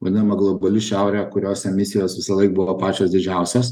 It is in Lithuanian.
vadinama globali šiaurė kurios emisijos visąlaik buvo pačios didžiausios